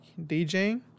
DJing